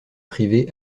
privées